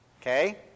Okay